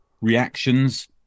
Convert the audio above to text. reactions